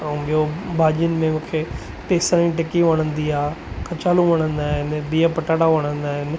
ऐं ॿियो भाॼीयुनि में मूंखे बेसण जी टिक्की वणंदी आहे कचालू वणंदा आहिनि बीहु पटाटा वणंदा आहिनि